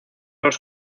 los